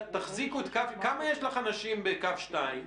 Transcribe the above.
כמה אנשים יש לך בקו 2?